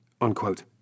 Unquote